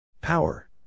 power